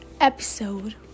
episode